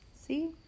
See